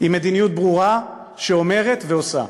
עם מדיניות ברורה שאומרת ועושה.